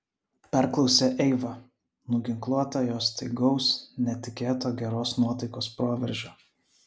perklausė eiva nuginkluota jo staigaus netikėto geros nuotaikos proveržio